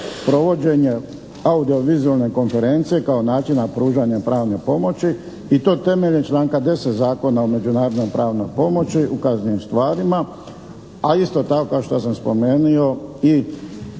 provođenje audio vizuelne konferencije kao načina pružanja pravne pomoći i to temeljem članka 10. Zakona o međunarodnoj pravnoj pomoći u kaznenim stvarima a isto tako kao što sam spomenuo i